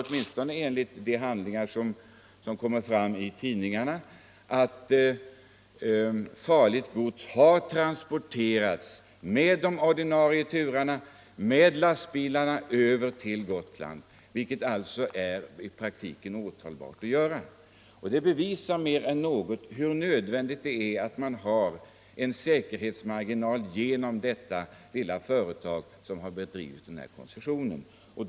Åtminstone enligt vad som kommer fram i tidningarna finns det bevis för att farligt gods har transporterats på lastbilar som med ordinarie turer förts över till Gotland, vilket alltså är åtalbart. Detta visar väl mer än något annat hur nödvändigt det är att ha en säkerhetsmarginal sådan som detta bolag utgör, vilket hittills har haft koncession på dessa frakter.